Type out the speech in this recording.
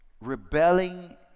rebelling